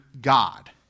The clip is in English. God